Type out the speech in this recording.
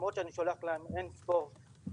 למרות שאני שולח אינספור מכתבים.